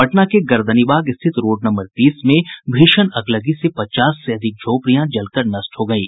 पटना के गर्दनीबाग स्थित road number तीस में भीषण अगलगी से पचास से अधिक झोपड़ियां जलकर नष्ट हो गयी